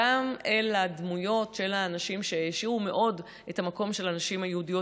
גם אל הדמויות של הנשים שהעשירו מאוד את המקום של הנשים היהודיות,